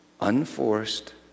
Unforced